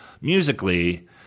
musically